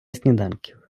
сніданків